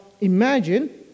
imagine